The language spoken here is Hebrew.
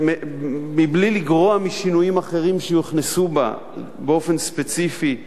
בלי לגרוע משינויים אחרים שיוכנסו בה באופן ספציפי,